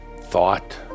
thought